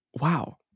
Wow